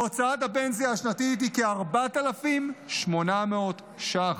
הוצאת הפנסיה השנתית היא כ-4,800 ש"ח.